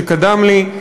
שקדם לי,